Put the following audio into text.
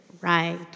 Right